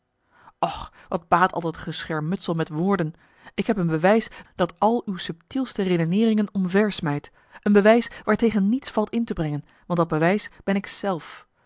wat baat al dat geschermutsel met woorden ik heb een bewijs dat al uw subtielste redeneeringen omversmijt een bewijs waartegen niets valt in te brengen want dat bewijs ben ik zelf